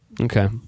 okay